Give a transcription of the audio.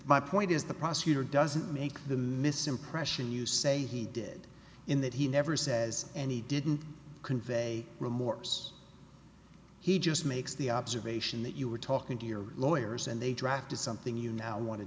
my point is the prosecutor doesn't make the misimpression you say he did in that he never says and he didn't convey remorse he just makes the observation that you were talking to your lawyers and they drive to something you now wan